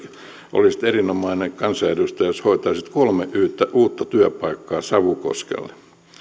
olisit erinomainen kansanedustaja jos hoitaisit kolme uutta työpaikkaa savukoskelle